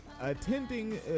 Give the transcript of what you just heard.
attending